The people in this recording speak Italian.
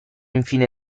infine